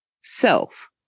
self